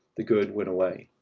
the gerd went away,